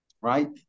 Right